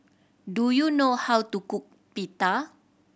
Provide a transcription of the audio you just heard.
do you know how to cook Pita